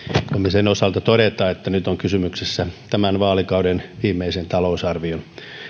sen osalta todeta että nyt on kysymyksessä tämän vaalikauden viimeisen talousarvion